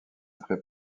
très